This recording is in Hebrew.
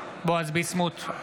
ביסמוט,